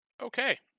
Okay